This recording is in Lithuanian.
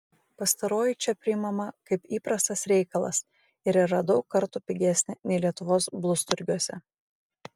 pastaroji čia priimama kaip įprastas reikalas ir yra daug kartų pigesnė nei lietuvos blusturgiuose